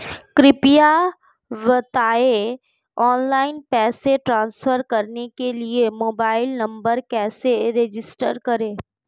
कृपया बताएं ऑनलाइन पैसे ट्रांसफर करने के लिए मोबाइल नंबर कैसे रजिस्टर करें?